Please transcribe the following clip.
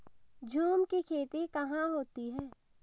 झूम की खेती कहाँ होती है?